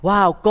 Wow